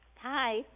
Hi